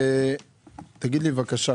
תגיד לי בבקשה,